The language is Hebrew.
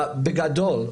בגדול,